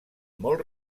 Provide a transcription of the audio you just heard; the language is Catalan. molt